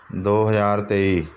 ਦੋ ਹਜ਼ਾਰ ਤੇਈ